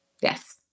Yes